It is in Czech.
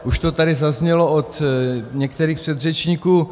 Už to tady zaznělo od některých předřečníků.